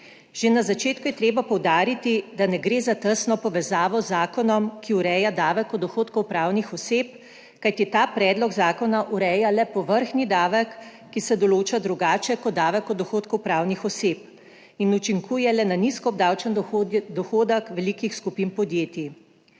Že na začetku je treba poudariti, da ne gre za tesno povezavo z zakonom, ki ureja davek od dohodkov pravnih oseb, kajti ta predlog zakona ureja le povrhnji davek, ki se določa drugače kot davek od dohodkov pravnih oseb in učinkuje le na nizko obdavčen dohodek velikih skupin podjetij.